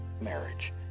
marriage